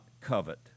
covet